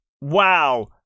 wow